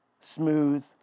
smooth